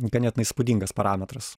ganėtinai įspūdingas parametras